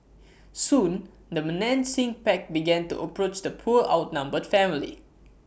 soon the menacing pack began to approach the poor outnumbered family